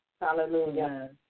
Hallelujah